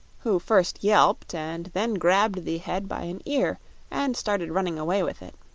who first yelped and then grabbed the head by an ear and started running away with it.